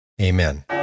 Amen